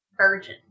virgin